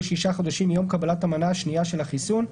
שישה חודשים מיום קבלת המנה השנייה של החיסון,